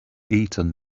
eaten